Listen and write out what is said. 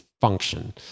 function